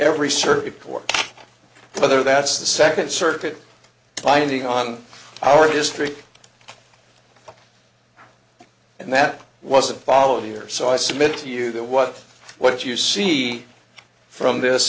every circuit court whether that's the second circuit binding on our history and that wasn't followed years so i submit to you that what what you see from this